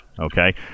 Okay